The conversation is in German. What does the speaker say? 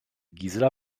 gisela